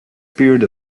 period